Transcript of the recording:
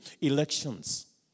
elections